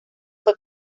fue